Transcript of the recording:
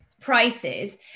prices